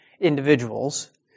individuals